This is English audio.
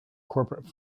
corporate